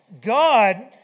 God